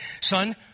son